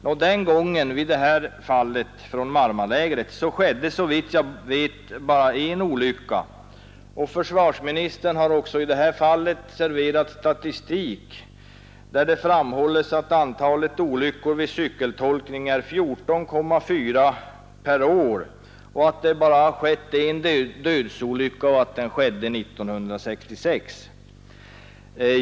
Nå, den gången skedde såvitt jag vet bara en olycka. Försvarsministern har serverat statistik, där det framhålles att antalet olyckor vid cykeltolkning är 14,4 per år och att det bara har skett en dödsolycka, som inträffade 1966.